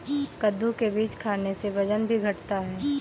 कद्दू के बीज खाने से वजन भी घटता है